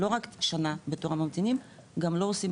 לא רק שונה בתור הממתינים, גם לא עושים